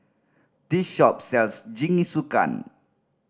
this shop sells Jingisukan